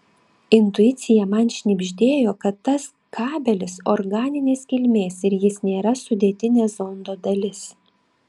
intuicija man šnibždėjo kad tas kabelis organinės kilmės ir jis nėra sudėtinė zondo dalis